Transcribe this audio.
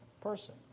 person